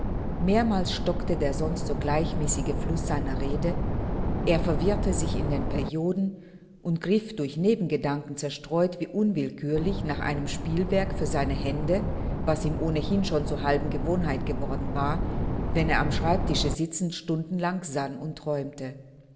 mehrmals stockte der sonst so gleichmäßige fluß seiner rede er verwirrte sich in den perioden und griff durch nebengedanken zerstreut wie unwillkürlich nach einem spielwerk für seine hände was ihm ohnehin schon zur halben gewohnheit geworden war wenn er am schreibtische sitzend stundenlang sann und träumte